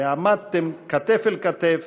ועמדתם כתף אל כתף